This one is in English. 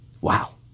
Wow